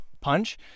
punch